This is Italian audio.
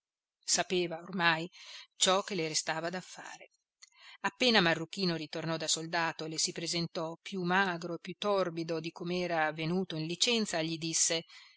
sapeva ormai ciò che le restava da fare appena marruchino ritornò da soldato e le si presentò più magro e più torbido di com'era venuto in licenza gli disse